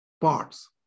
parts